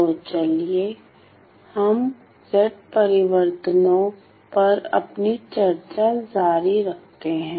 तो चलिए हम Z परिवर्तनों पर अपनी चर्चा जारी रखते हैं